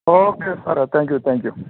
okay sir thank you thank you